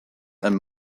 and